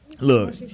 Look